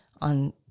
on